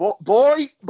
boy